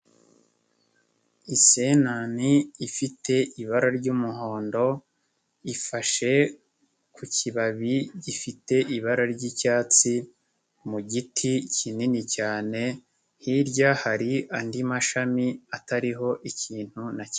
Isenani ifite ibara ry'umuhondo, ifashe ku kibabi gifite ibara ry'icyatsi, mu giti kinini cyane, hirya hari andi mashami atariho ikintu na kimwe.